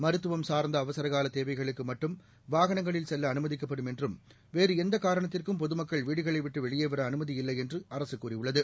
மருத்துவம் சார்ந்த அவசரகால தேவைகளுக்கு மட்டும் வாகனங்களில் செல்ல அனுமதிக்கப்படும் என்றும் வேறு எந்தக் காரணத்திற்கும் பொதுமக்கள் வீடுகளைவிட்டு வெளியே வர அனுமதியில்லை என்றும் அரசு கூறியுள்ளது